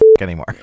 anymore